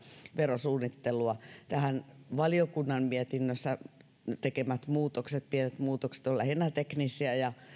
verosuunnittelua valiokunnan mietinnössään tähän tekemät pienet muutokset ovat lähinnä teknisiä ja